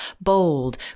Bold